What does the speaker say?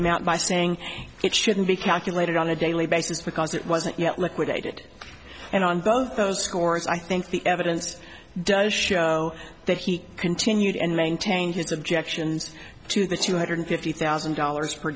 amount by saying it shouldn't be calculated on a daily basis because it wasn't yet liquidated and on both those scores i think the evidence does show that he continued and maintained his objections to the two hundred fifty thousand dollars per